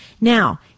Now